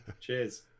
Cheers